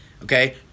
Okay